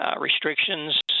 restrictions